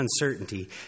uncertainty